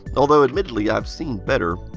although, admittedly i've seen better.